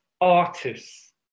artists